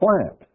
plant